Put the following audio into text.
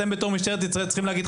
אתם כמשטרת ישראל צריכים להגיד,